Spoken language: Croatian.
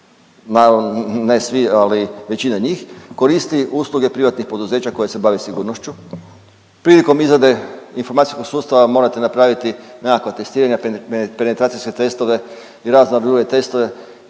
ne svi ali većina njih koristi usluge privatnih poduzeća koje se bave sigurnošću. Prilikom izrade informacijskog sustava morate napraviti nekakva testiranja, penetracijske testova i razne druge testove